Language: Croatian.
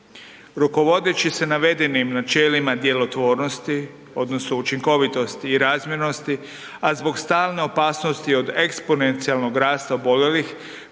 Rukovodeći se navedenim načelima djelotvornosti, odnosno učinkovitosti i razmjernosti, a zbog stalne opasnosti od eksponencijalnog rasta oboljelih,